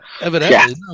Evidently